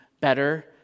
better